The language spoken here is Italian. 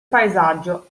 paesaggio